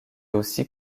aussi